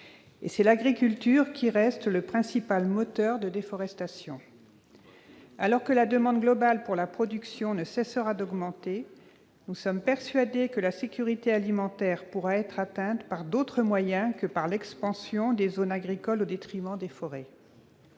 et c'est l'agriculture qui reste le principal moteur de la déforestation. Alors que la demande globale pour la production ne cessera d'augmenter, nous sommes persuadés que la sécurité alimentaire pourra être atteinte par d'autres moyens que par l'expansion des zones agricoles au détriment des forêts.